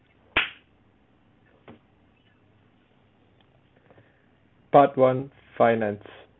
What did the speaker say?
part one finance